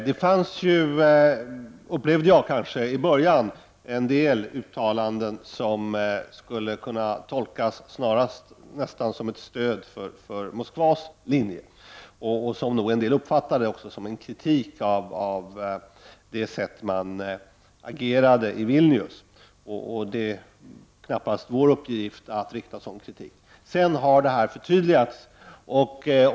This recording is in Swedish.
Det gjordes i början, upplevde jag, en del uttalanden som skulle kunna tolkas nästan som ett stöd för Moskvas linje och som av en del uppfattades som en kritik av Vilnius agerande. Det är knappast vår uppgift att framföra sådan kritik.